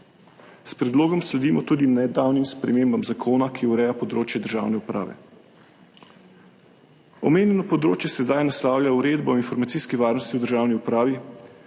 S predlogom sledimo tudi nedavnim spremembam zakona, ki ureja področje državne uprave. Omenjeno področje sedaj naslavlja Uredbo o informacijski varnosti v državni upravi,